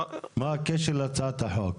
מה הקשר להצעת החוק?